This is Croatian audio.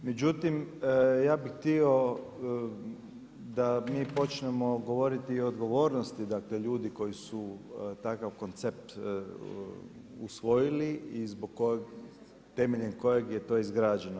Međutim ja bi htio da mi počnemo govoriti i o odgovornosti ljudi koji su takav koncept usvojili i temeljem kojeg je to izgrađeno.